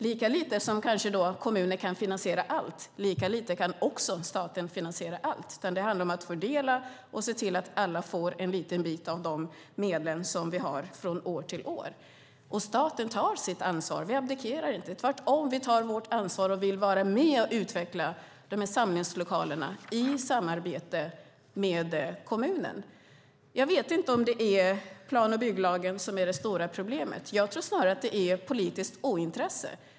Lika lite som kommuner kan finansiera allt kan staten finansiera allt. Det handlar om att fördela och se till att alla får en liten bit av de medel som vi har från år till år. Staten tar sitt ansvar. Vi abdikerar inte, tvärtom. Vi tar vårt ansvar och vill vara med och utveckla de här samlingslokalerna i samarbete med kommunen. Jag vet inte om det är plan och bygglagen som är det stora problemet. Jag tror snarare att det är politiskt ointresse.